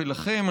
ולכם,